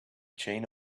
chain